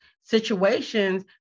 situations